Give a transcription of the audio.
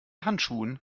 handschuhen